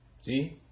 see